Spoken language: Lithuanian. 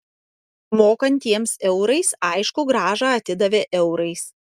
mokantiems eurais aišku grąžą atidavė eurais